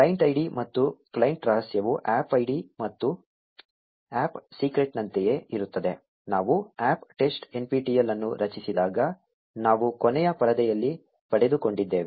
client ID ಮತ್ತು client ರಹಸ್ಯವು APP ID ಮತ್ತು APP ಸೀಕ್ರೆಟ್ನಂತೆಯೇ ಇರುತ್ತದೆ ನಾವು APP ಟೆಸ್ಟ್ nptel ಅನ್ನು ರಚಿಸಿದಾಗ ನಾವು ಕೊನೆಯ ಪರದೆಯಲ್ಲಿ ಪಡೆದುಕೊಂಡಿದ್ದೇವೆ